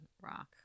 rock